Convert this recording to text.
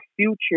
future